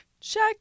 Check